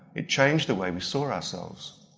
it changed the way we saw ourselves.